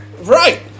Right